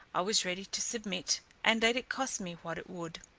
i was ready to submit and let it cost me what it would,